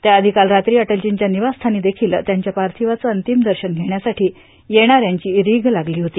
त्या आधी काल रात्री अटलर्जींच्या निवासस्थानी देखील त्यांच्या पार्थिवाचं अंतिम दर्शन घेण्यासाठी येणाऱ्यांची रिघ लागली होती